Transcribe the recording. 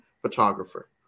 photographer